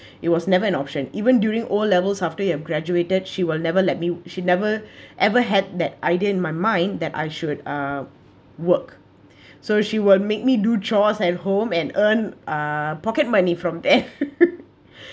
it was never an option even during o_levels after I've graduated she will never let me she never ever had that idea in my mind that I should uh work so she would make me do chores at home and earn uh pocket money from there